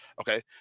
Okay